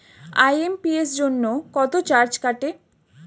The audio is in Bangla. আই.এম.পি.এস জন্য কত চার্জ কাটে?